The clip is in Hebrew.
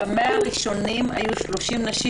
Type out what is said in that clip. ב-100 הראשונים בריצה היו 15 נשים